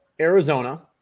Arizona